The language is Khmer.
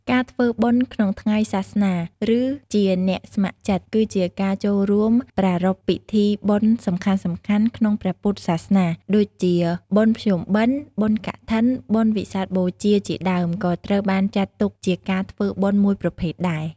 ការធ្វើបុណ្យក្នុងថ្ងៃសាសនាឬជាអ្នកស្ម័គ្រចិត្ត គឺជាការចូលរួមប្រារព្ធពិធីបុណ្យសំខាន់ៗក្នុងព្រះពុទ្ធសាសនា ដូចជាបុណ្យភ្ជុំបិណ្ឌ បុណ្យកឋិន បុណ្យវិសាខបូជា ជាដើម ក៏ត្រូវបានចាត់ទុកជាការធ្វើបុណ្យមួយប្រភេទដែរ។